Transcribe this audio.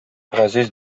газиз